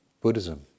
Buddhism